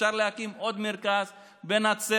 אפשר להקים עוד מרכז בנצרת,